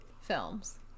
films